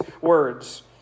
words